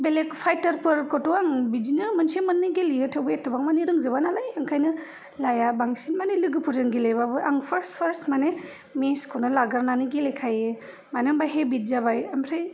बेलेख फायथार फोरखौथ' आं बिदिनो मोनसे मोननै गेलेयो थेवबो एथबां मानि रोंजोबा नालाय ओंखायनो लाया बांसिन मानि लोगोफोरजों गेलेबाबो आं फारस फारस मानि मेसखौनो लाग्रोनानै गेलेखायो मानो होनबा हेबिद जाबाय ओमफ्राय